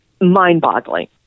Mind-boggling